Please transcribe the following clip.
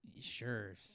sure